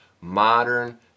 modern